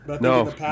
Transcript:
no